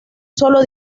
solo